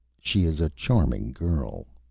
she is a charming girl.